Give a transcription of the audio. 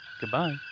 Goodbye